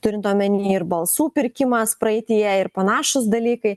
turint omeny ir balsų pirkimas praeityje ir panašūs dalykai